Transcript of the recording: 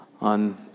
on